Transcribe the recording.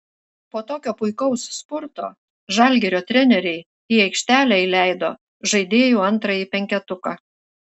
po tokio puikaus spurto žalgirio treneriai į aikštelę įleido žaidėjų antrąjį penketuką